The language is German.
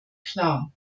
klar